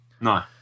no